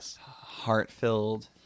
heart-filled